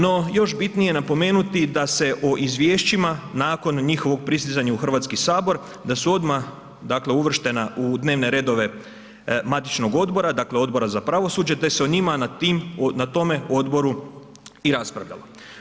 No još bitnije je napomenuti da se o izvješćima nakon njihovog pristizanja u Hrvatski sabor da su odmah uvrštena u dnevne redove matičnog odbora, dakle Odbora za pravosuđe te se na tome odboru i raspravljalo.